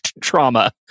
trauma